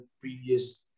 previous